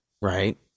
right